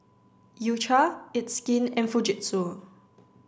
U Cha it's skin and Fujitsu